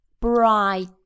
bright